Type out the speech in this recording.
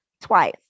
twice